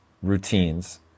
Routines